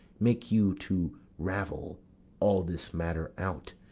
make you to ravel all this matter out,